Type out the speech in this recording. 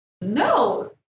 No